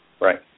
Right